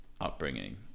upbringing